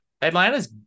Atlanta's